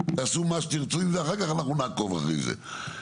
תעשו מה שתרצו עם זה אחר-כך אנחנו נעקוב אחרי זה.